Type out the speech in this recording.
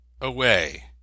Away